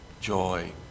joy